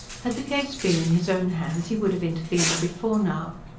had the case been in his own hands he would have intervened before now.